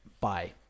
bye